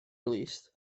released